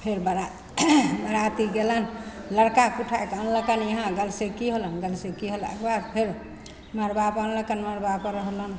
फेर बरा बराती गेलनि लड़काके उठैके आनलकनि यहाँ गलसेकी होलनि गलसेकी होलाके बाद फेर मड़बा बान्हलकनि मड़बापर फेर रहलनि